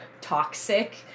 toxic